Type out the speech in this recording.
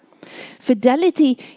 Fidelity